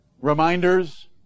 reminders